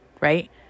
right